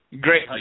Great